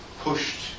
pushed